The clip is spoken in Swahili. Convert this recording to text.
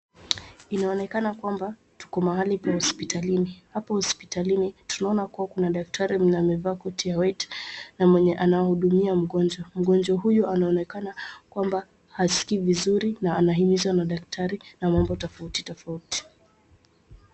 Inaonekana kwamba tuko mahali pa hospitalini. Hapa hospitalini tunaona kuna daktari mwenye amevaa koti la white na mwenye anahudumia mgonjwa. Mgonjwa huyu anaonekana kwamba haskii vizuri na anahimizwa na daktari na mambo tofauti tofauti.